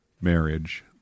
marriage